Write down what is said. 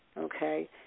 okay